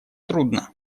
трудно